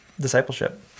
discipleship